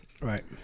right